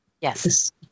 Yes